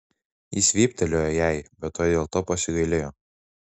jis vyptelėjo jai bet tuoj dėl to pasigailėjo